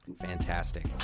fantastic